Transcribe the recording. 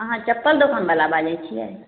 अहाँ चप्पल दोकान बला बाजै छियै